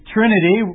Trinity